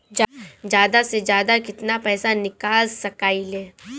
जादा से जादा कितना पैसा निकाल सकईले?